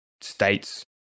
states